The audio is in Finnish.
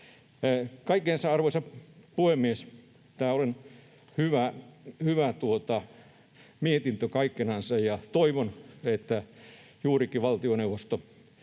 Kaikkenansa, arvoisa puhemies, tämä on hyvä mietintö, ja toivon, että juurikin valtioneuvosto